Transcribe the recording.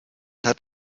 hat